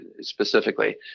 specifically